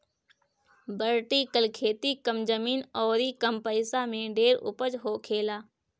vertical खेती कम जमीन अउरी कम पइसा में ढेर उपज होखेला